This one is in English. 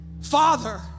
Father